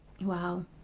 Wow